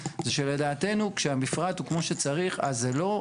זה שלדעתנו כשהמפרט הוא כמו שצריך אז זה לא,